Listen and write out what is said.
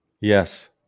Yes